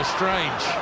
Strange